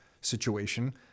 situation